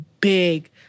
big